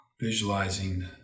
visualizing